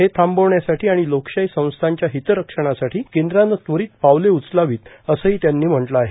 हे थांबवण्यासाठी आणि लोकशाही संस्थांच्या हितरक्षणासाठी केंद्रानं त्वरित पावले उचलावीत असंही त्यांनी म्हटले आहे